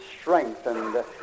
strengthened